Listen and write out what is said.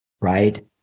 right